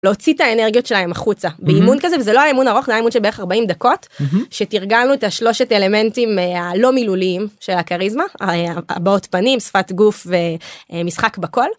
להוציא את האנרגיות שלהם החוצה באימון כזה וזה לא היה אימון ארוך, זה היה אימון של בערך 40 דקות שתרגלנו את השלושת אלמנטים הלא מילוליים של הכריזמה: הבעות פנים, שפת גוף ומשחק בקול.